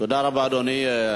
תודה רבה, אדוני.